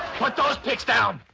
put those picks down!